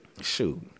Shoot